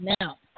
Now